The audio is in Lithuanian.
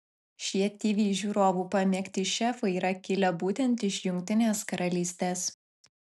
šie tv žiūrovų pamėgti šefai yra kilę būtent iš jungtinės karalystės